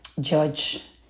Judge